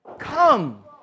Come